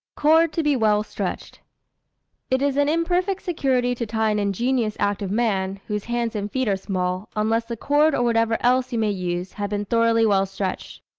cord to be well stretched it is an imperfect security to tie an ingenious active man, whose hands and feet are small, unless the cord or whatever else you may use, had been thoroughly well stretched.